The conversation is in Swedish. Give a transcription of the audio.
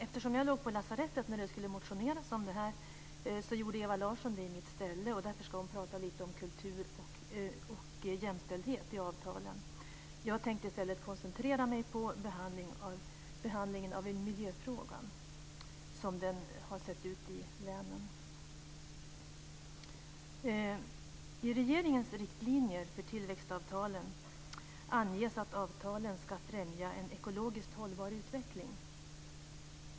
Eftersom jag låg på lasarettet när det skulle motioneras om detta gjorde Ewa Larsson det i mitt ställe, Därför ska hon prata lite om kultur och jämställdhet i avtalen. Jag tänkte i stället koncentrera mig på behandlingen av miljöfrågan i länen. I regeringens riktlinjer för tillväxtavtalen anges att avtalen ska främja en ekologiskt hållbar utveckling.